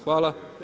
Hvala.